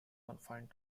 confined